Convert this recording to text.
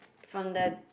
from the